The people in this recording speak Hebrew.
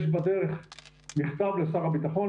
יש בדרך מכתב לשר הביטחון,